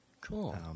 Cool